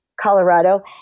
Colorado